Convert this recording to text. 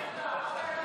עכשיו, תראה.